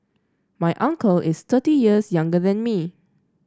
my uncle is thirty years younger than me